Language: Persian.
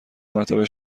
مرتبه